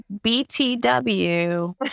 BTW